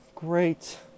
Great